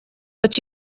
but